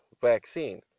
vaccine